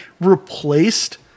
replaced